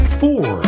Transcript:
four